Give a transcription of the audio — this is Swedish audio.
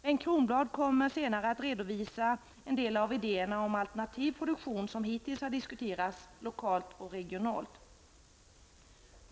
Bengt Kronblad kommer senare att redovisa en del av de idéer om alternativ produktion som hittills har diskuterats lokalt och regionalt.